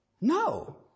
No